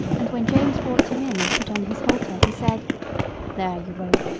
and when james brought him in and put on his halter he said there, you rogue,